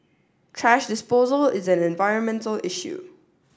thrash disposal is an environmental issue